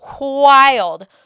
Wild